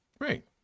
Right